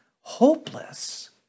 hopeless